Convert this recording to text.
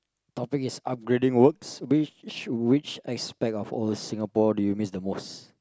topic is upgrading works which which aspect of our Singapore do you miss the most